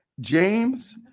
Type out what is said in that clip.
James